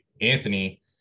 Anthony